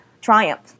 triumph